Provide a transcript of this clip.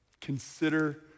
Consider